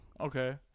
okay